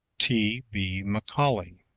t b. macaulay.